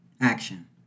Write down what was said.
Action